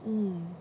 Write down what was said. mm